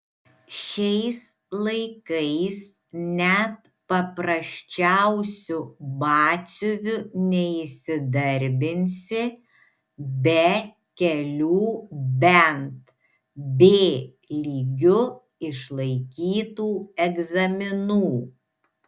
šiais laikais net paprasčiausiu batsiuviu neįsidarbinsi be kelių bent b lygiu išlaikytų egzaminų